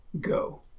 go